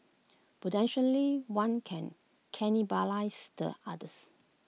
potentially one can cannibalise the others